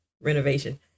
renovation